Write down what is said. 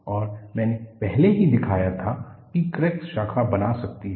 और मैंने पहले ही दिखाया था कि क्रैक शाखा बना सकती है